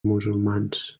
musulmans